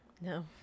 No